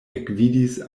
ekvidis